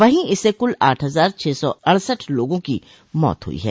वहीं इससे कुल आठ हजार छह सौ अड़सठ लोगों की मौत हुई है